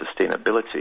sustainability